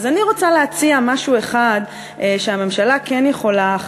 אז אני רוצה להציע משהו שהממשלה כן יכולה,